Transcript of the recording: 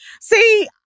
See